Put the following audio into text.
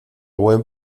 buen